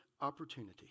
opportunity